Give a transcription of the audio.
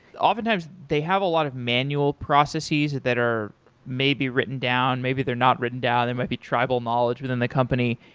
oftentimes they have a lot of manual processes that are maybe written down, maybe they're not written down, they might be the tribal knowledge within the company.